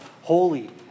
holy